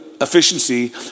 efficiency